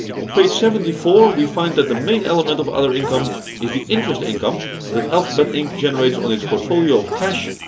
on page seventy four, we find that the main element of other income is the interest income that alphabet inc generates on its portfolio of cash,